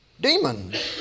demons